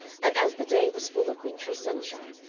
and as the day was full of wintry sunshine,